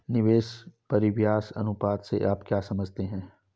निवेश परिव्यास अनुपात से आप क्या समझते हैं?